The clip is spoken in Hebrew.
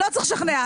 לא צריך לשכנע.